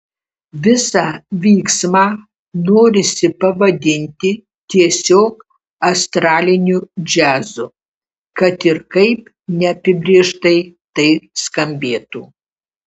visą vyksmą norisi pavadinti tiesiog astraliniu džiazu kad ir kaip neapibrėžtai tai skambėtų